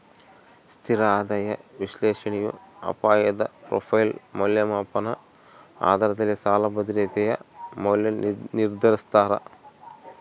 ಸ್ಥಿರ ಆದಾಯ ವಿಶ್ಲೇಷಣೆಯು ಅಪಾಯದ ಪ್ರೊಫೈಲ್ ಮೌಲ್ಯಮಾಪನ ಆಧಾರದಲ್ಲಿ ಸಾಲ ಭದ್ರತೆಯ ಮೌಲ್ಯ ನಿರ್ಧರಿಸ್ತಾರ